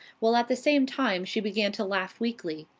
while at the same time she began to laugh weakly.